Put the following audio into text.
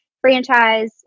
franchise